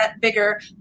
bigger